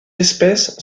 espèce